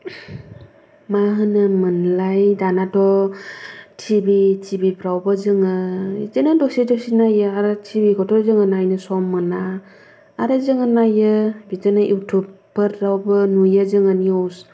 मा होनोमोनलाय दानाथ' टि भि टि भि फ्रावबो जोङो बिदिनो दसे दसे नाययो आरो टि भि खौथ' जों नायनो सम मोना आरो जोङो नायो बिदिनो इउटुबफोरावबो नुयो जों निउस